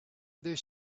other